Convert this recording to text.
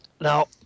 Now